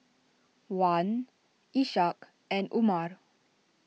Wan Ishak and Umar